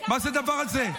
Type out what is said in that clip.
מה זה הדבר הזה?